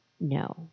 No